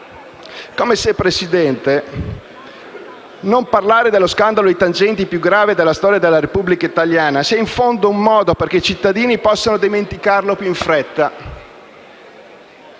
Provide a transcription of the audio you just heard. come se non parlare dello scandalo di tangenti più grave della storia della Repubblica italiana sia, in fondo, un modo perché i cittadini possano dimenticarlo più in fretta